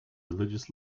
religious